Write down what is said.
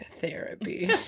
therapy